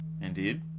Indeed